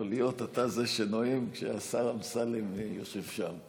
או להיות אתה זה שנואם כשהשר אמסלם יושב שם?